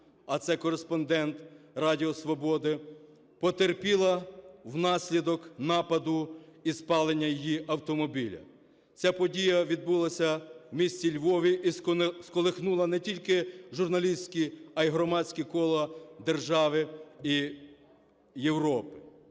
а це кореспондент "Радіо Свободи", потерпіла внаслідок нападу і спалення її автомобіля. Ця подія відбулася в місті Львові і сколихнула не тільки журналістські, а й громадські кола держави і Європи.